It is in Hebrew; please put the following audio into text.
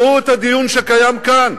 ראו את הדיון שקיים כאן.